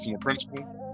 principal